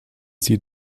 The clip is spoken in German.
sie